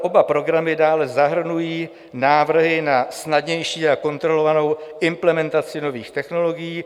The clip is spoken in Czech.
Oba programy dále zahrnují návrhy na snadnější a kontrolovanou implementaci nových technologií.